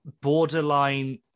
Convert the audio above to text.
borderline